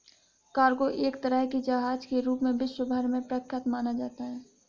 cargo एक तरह के जहाज के रूप में विश्व भर में प्रख्यात माना जाता है